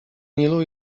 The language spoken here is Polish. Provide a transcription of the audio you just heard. nilu